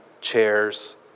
chairs